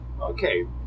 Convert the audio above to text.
okay